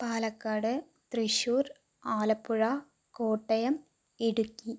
Palakkad Thrissur Alappuzha Kottayam Idukki